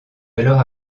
alors